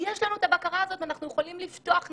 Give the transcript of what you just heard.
יש לנו את הבקרה הזו ואנחנו יכולים לפתוח נכון.